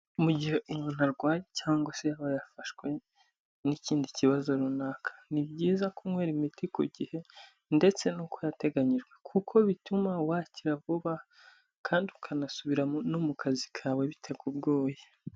Mu gihe umuntu arwaye cyangwa se yaba yafashwe n'ikindi kibazo runaka, ni byiza kunywera imiti ku gihe ndetse nuko yateganyijwe, kuko bituma wakira vuba kandi ukanasubira no mu kazi kawe bitakugoye.